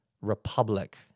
republic